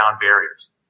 barriers